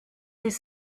ses